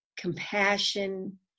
compassion